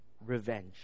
revenge